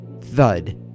Thud